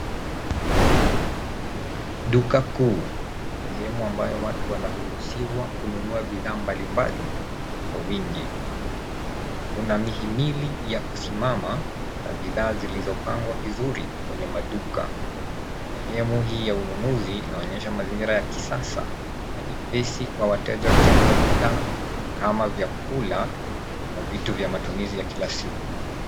Duka kuu, sehemu ambapo watu wanaruhusiwa kununua bidhaa mbalimbali kwa vingi. Kuna mihimili ya kusimama na bidhaa zilizopangwa vizuri kwenye maduka. Sehemu hii ya ununuzi inaonyesha mazingira ya kisasa na nyepesi kwa wateja kuchagua bidhaa kama vyakula na vitu vya matumizi ya kilasiku.